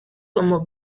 como